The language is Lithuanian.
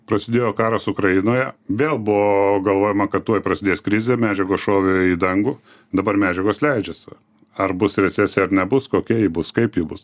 prasidėjo karas ukrainoje vėl buvo galvojama kad tuoj prasidės krizė medžiagos šovė į dangų dabar medžiagos leidžiasi ar bus recesija ar nebus kokia ji bus kaip ji bus